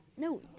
No